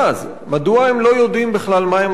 מדוע הם לא יודעים בכלל מה הם התנאים?